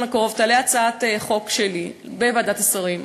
הקרוב תעלה הצעת חוק שלי בוועדת השרים.